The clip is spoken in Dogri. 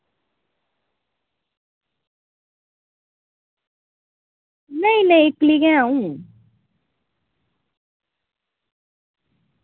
नेईं नेईं इक्कली गै अं'ऊ